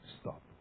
Stop